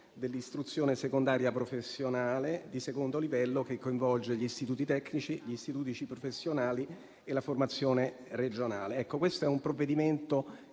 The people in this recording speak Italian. dell'istruzione secondaria professionale di secondo livello che coinvolge gli istituti tecnici, gli istituti professionali e la formazione regionale. Questo è un provvedimento